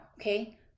Okay